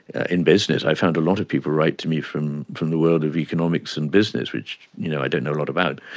in business, i found a lot of people write to me from from the world of economics and business, which you know i don't know a lot about,